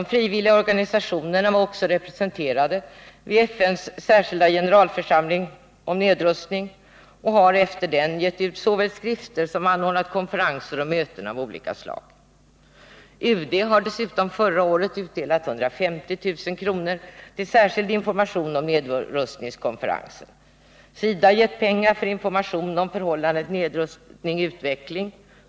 De frivilliga organisationerna var också representerade vid FN:s särskilda generalförsamling om nedrustning. De har efter denna gett ut skrifter och anordnat konferenser och möten av olika slag. UD utdelade förra året 150 000 kr. till särskild information om nedrustningskonferensen. SIDA har gett ut pengar för information om bl.a. förhållandet nedrustning-utveckling.